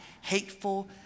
hateful